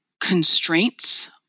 constraints